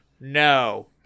No